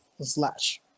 slash